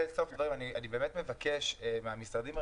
באמת מבקש מן המשרדים הרלוונטיים,